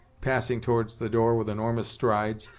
passing towards the door with enormous strides,